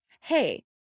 hey